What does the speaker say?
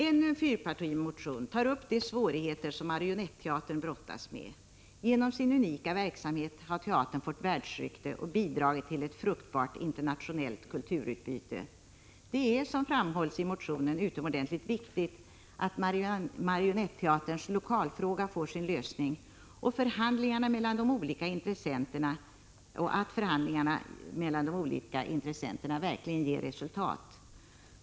Ännu en fyrpartimotion tar upp de svårigheter som Marionetteatern brottas med. Genom sin unika verksamhet har teatern fått världsrykte och bidragit till ett fruktbart internationellt kulturutbyte. Det är — såsom framhålls i motionen — utomordentligt viktigt att Marionetteaterns lokalfråga får sin lösning, att förhandlingarna mellan de olika intressenterna verkligen ger resultat.